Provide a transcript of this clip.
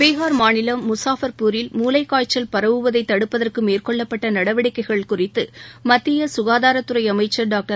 பீகார் மாநிலம் முசாஃபா்பூரில் முளைக்காய்ச்சல் பரவுவதைதடுப்பதற்குமேற்கொள்ளப்பட்டநடவடிக்கைகள் குறித்துமத்தியசுகாதாரத்துறைஅமைச்சர் டாக்டர்